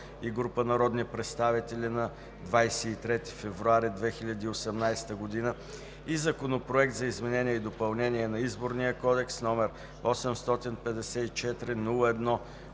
и група народни представители на 23 февруари 2018 г., и Законопроект за изменение и допълнение на Изборния кодекс, №